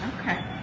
Okay